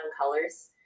colors